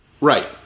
Right